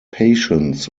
patients